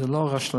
זה לא רשלנות.